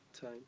time